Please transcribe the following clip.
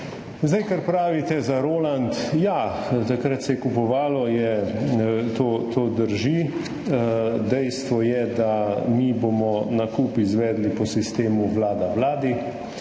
Kar pravite za Roland. Ja, takrat se je kupovalo, to, to drži. Dejstvo je, da mi bomo nakup izvedli po sistemu vlada vladi.